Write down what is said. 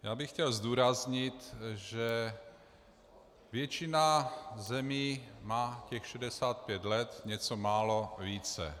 Já bych chtěl zdůraznit, že většina zemí má těch 65 let, něco málo více.